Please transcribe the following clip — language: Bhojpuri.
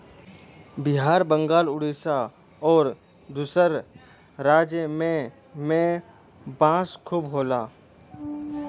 बिहार बंगाल उड़ीसा आउर दूसर राज में में बांस खूब होला